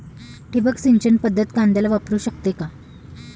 ठिबक सिंचन पद्धत कांद्याला वापरू शकते का?